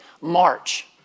March